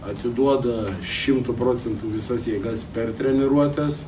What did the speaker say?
atiduoda šimtu procentų visas jėgas per treniruotes